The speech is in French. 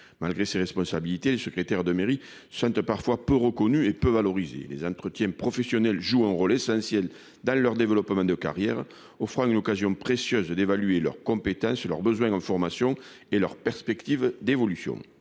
Malgré ses responsabilités de secrétaire de mairie sentent parfois peu reconnue et peu valorisé les entretiens professionnels jouent un rôle essentiel dans leur développement de carrière au froid une occasion précieuse de d'évaluer leurs compétences et leurs besoins d'formation et leurs perspectives d'évolution